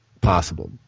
possible